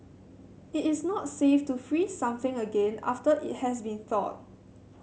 it is not safe to freeze something again after it has been thawed